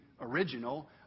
original